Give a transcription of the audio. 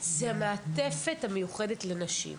זה מעטפת מיוחדת לנשים.